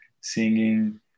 singing